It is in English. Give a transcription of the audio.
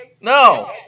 No